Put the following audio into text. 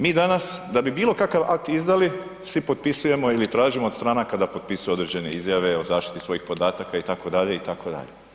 Mi danas da bi bilo kakav akt izdali svi potpisujemo ili tražimo od stranaka da potpisuju određene izjave o zaštiti svojih podataka itd., itd.